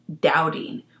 doubting